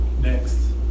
Next